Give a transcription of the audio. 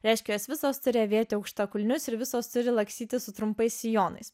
reiškia jos visos turi avėti aukštakulnius ir visos turi lakstyti su trumpais sijonais